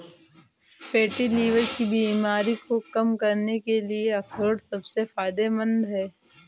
fatty liver की बीमारी को कम करने के लिए अखरोट सबसे फायदेमंद है